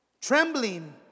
trembling